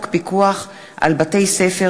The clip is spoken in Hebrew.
ילדים (תיקון, אימוץ על-ידי בני-הזוג),